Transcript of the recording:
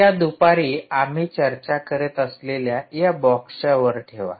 तर या दुपारी आम्ही चर्चा करीत असलेल्या या बॉक्सच्या वर ठेवा